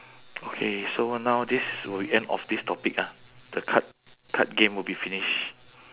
okay so now this will end of this topic ah the card card game will be finish